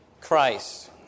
Christ